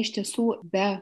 iš tiesų be